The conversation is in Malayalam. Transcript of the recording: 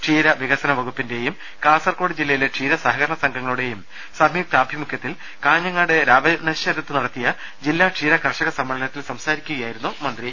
ക്ഷീര വിക സന വകുപ്പിന്റെയും കാസർകോട് ജില്ലയിലെ ക്ഷീര സഹകരണ സംഘങ്ങളുടെയും സംയു ക്താഭിമുഖ്യത്തിൽ കാഞ്ഞങ്ങാട് രാവണേശ്വരത്ത് നട ത്തിയ ജില്ലാ ക്ഷീര കർഷക സമ്മേളനത്തിൽ സംസാ രിക്കുകയായിരുന്നു മന്ത്രി